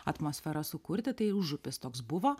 atmosferą sukurti tai užupis toks buvo